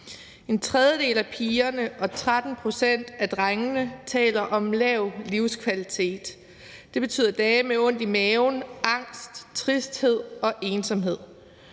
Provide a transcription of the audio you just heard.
En tredjedel af pigerne og 13 pct. af drengene taler om lav livskvalitet Det betyder dage med ondt i maven, angst, tristhed og ensomhed.